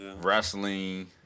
wrestling